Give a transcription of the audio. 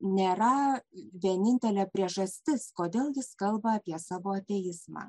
nėra vienintelė priežastis kodėl jis kalba apie savo ateizmą